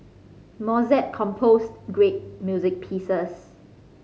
Mozart composed great music pieces